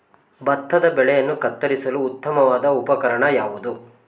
ಭತ್ತದ ಬೆಳೆಗಳನ್ನು ಕತ್ತರಿಸಲು ಉತ್ತಮವಾದ ಉಪಕರಣ ಯಾವುದು?